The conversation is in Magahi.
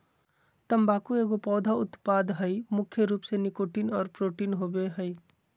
तम्बाकू एगो पौधा उत्पाद हइ मुख्य रूप से निकोटीन और प्रोटीन होबो हइ